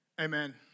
Amen